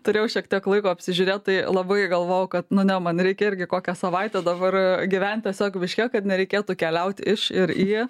turėjau šiek tiek laiko apsižiūrėt tai labai galvojau kad nu ne man reikia irgi kokią savaitę dabar gyvent tiesiog miške kad nereikėtų keliaut iš ir į